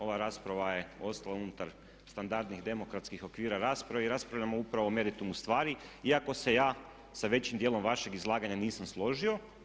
Ova rasprava je ostala unutar standardnih demokratskih okvira rasprave i raspravljamo upravo o meritumu stvari iako se ja sa većim dijelom vašeg izlaganja nisam složio.